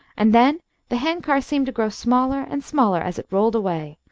and then the hand-car seemed to grow smaller and smaller as it rolled away,